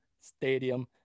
Stadium